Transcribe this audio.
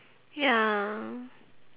ya